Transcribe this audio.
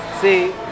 See